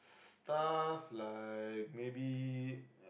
stuff like maybe